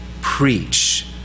preach